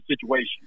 situation